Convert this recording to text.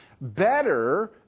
better